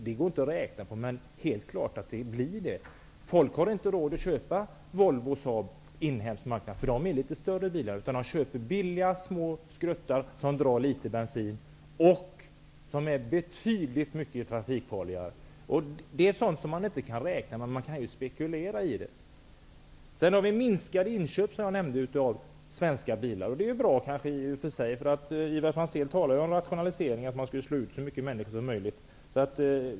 Det går inte att räkna ut det. Folk har inte råd att köpa Volvo och Saab på den inhemska marknaden, därför att det är litet större bilar, utan de köper små skruttbilar, som drar litet bensin och som är betydligt mycket mer trafikfarliga. Det är sådant som man inte kan räkna på, men man kan spekulera. Antalet köp av svenska bilar minskar. Det är i och för sig bra; Ivar Franzén talade ju om rationaliseringar och att så många människor som möjligt skulle slås ut.